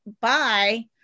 Bye